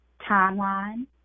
timeline